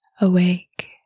awake